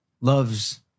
loves